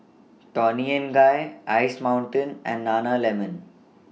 Toni and Guy Ice Mountain and Nana Lemon